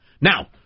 Now